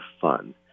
fun